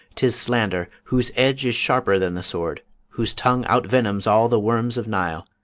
tis slander, whose edge is sharper than the sword, whose tongue outvenoms all the worms of nile,